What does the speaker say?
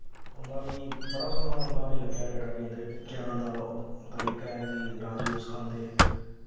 उं'दा बी बड़ा सोह्ना उं'दा मिं लग्गेआ जेह्ड़ा बी उं'दे ज्ञान दा ओह् तरीका ऐ जी राजयोग सखांदे